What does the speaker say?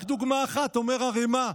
רק דוגמה אחת: אומר הרמ"א,